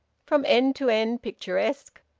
from end to end picturesque,